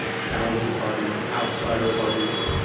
challenger parties, outsider parties,